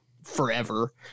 forever